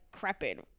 crepid